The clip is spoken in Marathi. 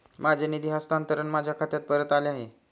माझे निधी हस्तांतरण माझ्या खात्यात परत आले आहे